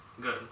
Good